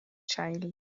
child